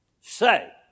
say